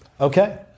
Okay